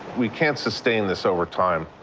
we can't sustain this over time.